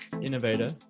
innovator